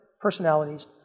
personalities